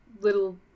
little